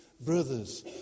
Brothers